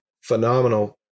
phenomenal